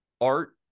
art